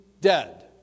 dead